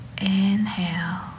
Inhale